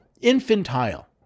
infantile